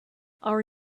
our